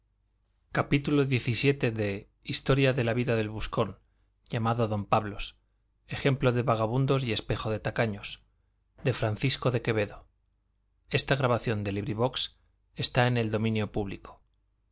gutenberg ebook historia historia de la vida del buscón llamado don pablos ejemplo de vagamundos y espejo de tacaños de francisco de quevedo y villegas libro primero capítulo i en que